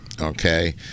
okay